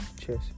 cheers